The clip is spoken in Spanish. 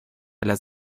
las